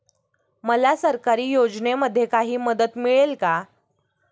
मला सरकारी योजनेमध्ये काही मदत मिळेल का?